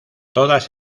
todas